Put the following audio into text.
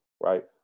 right